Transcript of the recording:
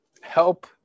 help